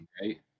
right